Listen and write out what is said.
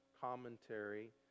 commentary